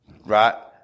right